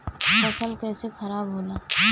फसल कैसे खाराब होला?